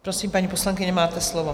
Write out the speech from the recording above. Prosím, paní poslankyně, máte slovo.